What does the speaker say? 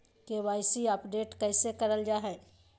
KYC update कैसे करल जाहै?